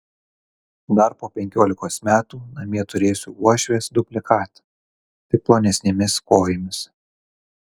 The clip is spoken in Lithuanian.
dar po penkiolikos metų namie turėsiu uošvės dublikatą tik plonesnėmis kojomis